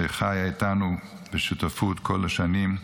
שחיה איתנו בשותפות כל השנים.